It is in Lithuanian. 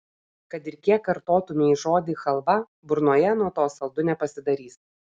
kad ir kiek kartotumei žodį chalva burnoje nuo to saldu nepasidarys